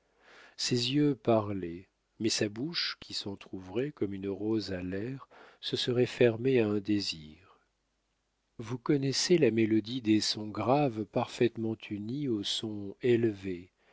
ses yeux parlaient mais sa bouche qui s'entr'ouvrait comme une rose à l'air se serait fermée à un désir vous connaissez la mélodie des sons graves parfaitement unis aux sons élevés